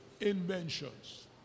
inventions